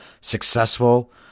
successful